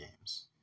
games